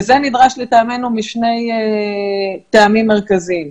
זה נדרש לטעמנו משני טעמים מרכזיים.